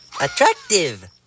Attractive